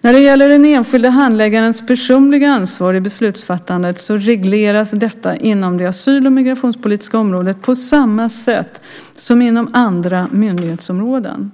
När det gäller den enskilde handläggarens personliga ansvar i beslutsfattandet regleras detta inom det asyl och migrationspolitiska området på samma sätt som inom andra myndighetsområden.